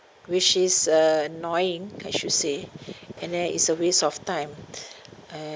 which is uh annoying I should say and then it's a waste of time and